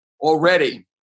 already